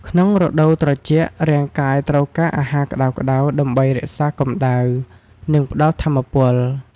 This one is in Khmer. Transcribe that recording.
ក្នុងរដូវត្រជាក់ រាងកាយត្រូវការអាហារក្តៅៗដើម្បីរក្សាកម្ដៅ និងផ្តល់ថាមពល។